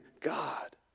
God